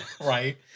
right